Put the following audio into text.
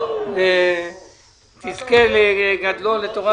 תזכה לגדלו לתורה,